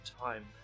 time